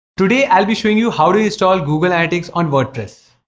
today, i'll be showing you how to install google analytics on wordpress